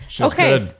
Okay